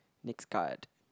next card